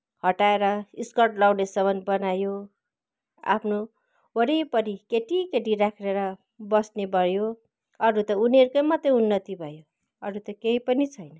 हटाएर स्कर्ट लाउनेसम्म बनायो आफ्नो वरिपरि केटी केटी राखेर बस्ने भयो अरूहरू त उनीहरूको मात्रै उन्नति भयो अरू त केही पनि छैन